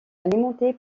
alimenté